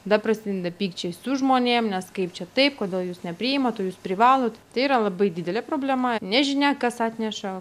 tada prasideda pykčiai su žmonėm nes kaip čia taip kodėl jūs nepriimat o jūs privalot tai yra labai didelė problema nežinia kas atneša